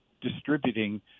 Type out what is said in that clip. distributing